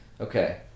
okay